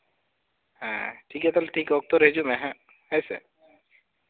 ᱦᱮᱸ ᱴᱷᱤᱠ ᱜᱮᱭᱟ ᱛᱟᱦᱚᱞᱮ ᱴᱷᱤᱠ ᱚᱠᱛᱚᱨᱮ ᱦᱤᱡᱩᱜᱢᱮ ᱦᱳᱭᱥᱮ